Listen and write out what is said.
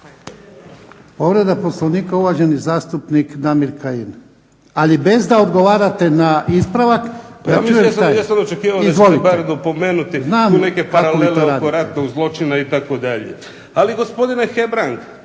Povreda Poslovnika, uvaženi zastupnik Damir Kajin. Ali bez da odgovarate na ispravak, da čujem šta je. **Kajin, Damir (IDS)** Ja sam očekivao da ćete bar opomenuti, tu neke paralele oko ratnog zločina itd. Ali gospodine Hebrang,